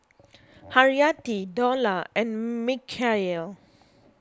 Haryati Dollah and Mikhail